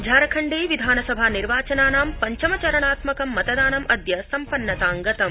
झारखण्डे विधानसभा निर्वाचनानां पश्चम चरणात्मकं मतदानं अद्य सम्पन्नतां गतम्